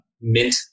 mint